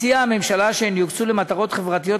הציעה הממשלה שהם יוקצו למטרות חברתיות,